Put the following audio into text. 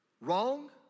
wrong